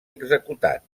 executat